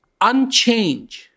unchange